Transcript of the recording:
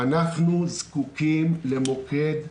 אנחנו זקוקים למוקד חירום,